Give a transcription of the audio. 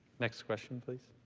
next question please.